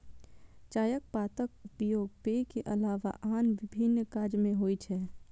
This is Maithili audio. चायक पातक उपयोग पेय के अलावा आन विभिन्न काज मे होइ छै